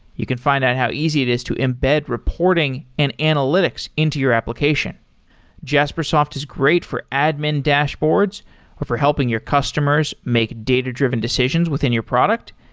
you can find out how easy it is to embed reporting and analytics into your application jaspersoft is great for admin dashboards, or for helping your customers make data-driven decisions within your product,